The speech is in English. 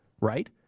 right